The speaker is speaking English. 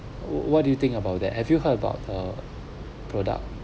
what do you think about that have you heard about the product